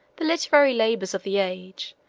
the literary labors of the age,